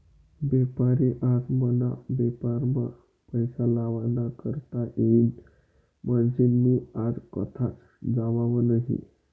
बेपारी आज मना बेपारमा पैसा लावा ना करता येतीन म्हनीसन मी आज कथाच जावाव नही